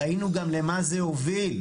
ראינו גם למה זה הוביל,